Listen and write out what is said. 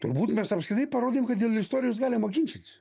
turbūt mes apskritai parodėm kad dėl istorijos galima ginčytis